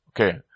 Okay